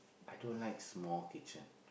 I don't like small kitchen